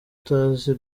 atazi